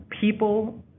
people